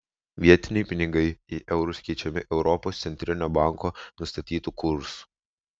vietiniai pinigai į eurus keičiami europos centrinio banko nustatytu kursu